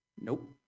Nope